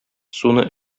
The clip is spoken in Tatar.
суны